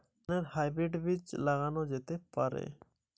ধানের হাইব্রীড বীজ কি লাগানো যেতে পারে?